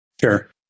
Sure